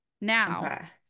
now